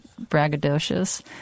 braggadocious